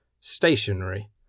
stationary